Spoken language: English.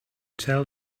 tell